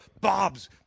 Bob's